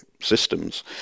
systems